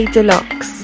Deluxe